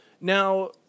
now